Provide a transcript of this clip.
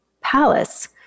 palace